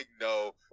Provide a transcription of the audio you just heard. no